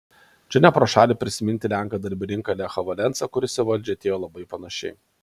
čia ne pro šalį prisiminti lenką darbininką lechą valensą kuris į valdžią atėjo labai panašiai